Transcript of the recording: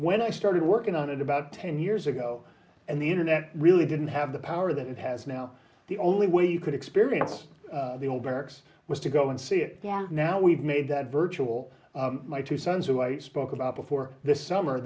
when i started working on it about ten years ago and the internet really didn't have the power that it has now the only way you could experience the old barracks was to go and see if yeah now we've made that virtual my two sons who i spoke about before this summer